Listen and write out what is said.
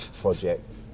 project